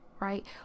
right